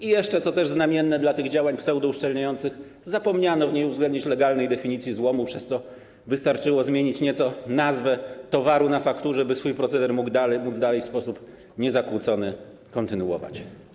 I jeszcze, co też znamienne dla tych działań pseudouszczelniających, zapomniano w niej uwzględnić legalną definicję złomu, przez co wystarczyło nieco zmienić nazwę towaru na fakturze, by swój proceder móc dalej w sposób niezakłócony kontynuować.